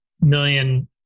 million